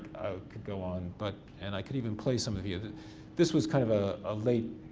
could go on, but, and i could even play some of yeah of it. this was kind of a ah late,